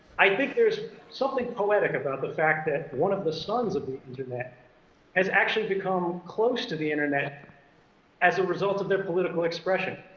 i think there's something poetic about the fact that one of the sons of the internet has actually become close to the internet as a result of their political expression.